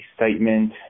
excitement